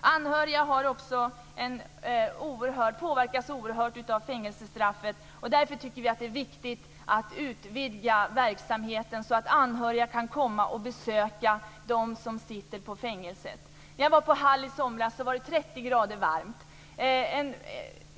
Anhöriga påverkas också oerhört mycket av fängelsestraffet. Därför tycker vi att det är viktigt att utvidga verksamheten, så att anhöriga kan komma och besöka dem som sitter i fängelse. När jag besökte Hall i somras var det 30 grader varmt. En